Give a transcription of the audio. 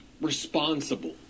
responsible